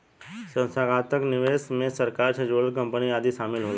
संस्थागत निवेशक मे सरकार से जुड़ल कंपनी आदि शामिल होला